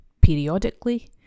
periodically